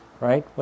right